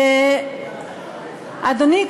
אדוני,